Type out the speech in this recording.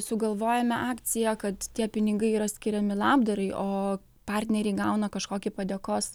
sugalvojome akciją kad tie pinigai yra skiriami labdarai o partneriai gauna kažkokį padėkos